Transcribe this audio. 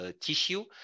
tissue